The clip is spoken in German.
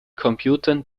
computern